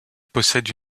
possède